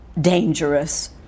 dangerous